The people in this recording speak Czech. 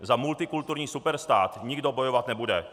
Za multikulturní superstát nikdo bojovat nebude.